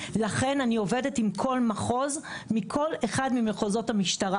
לכן אני עובדת עם כל מחוז מכל אחד ממחוזות המשטרה.